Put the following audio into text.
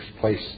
place